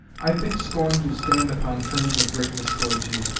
i think scorn to stand upon terms of greatness towards you,